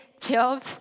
job